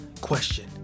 question